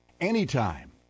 anytime